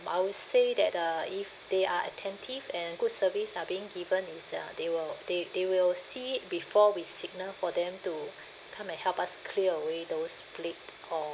I would say that uh if they are attentive and good service are being given is uh they will they they will see it before we signal for them to come and help us clear away those plate or